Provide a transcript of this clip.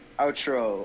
outro